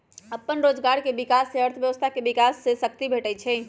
अप्पन रोजगार के विकास से अर्थव्यवस्था के विकास के शक्ती भेटहइ